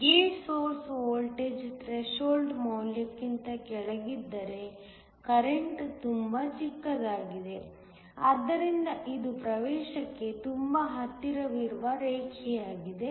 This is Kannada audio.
ಗೇಟ್ ಸೊರ್ಸ್ ವೋಲ್ಟೇಜ್ ಥ್ರೆಶೋಲ್ಡ್ ಮೌಲ್ಯಕ್ಕಿಂತ ಕೆಳಗಿದ್ದರೆ ಕರೆಂಟ್ ತುಂಬಾ ಚಿಕ್ಕದಾಗಿದೆ ಆದ್ದರಿಂದ ಇದು ಪ್ರವೇಶಕ್ಕೆ ತುಂಬಾ ಹತ್ತಿರವಿರುವ ರೇಖೆಯಾಗಿದೆ